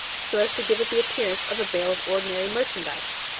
so as to give it the appearance of bale of ordinary merchandise,